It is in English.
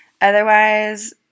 otherwise